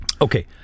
okay